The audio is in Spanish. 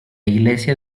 iglesia